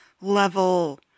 level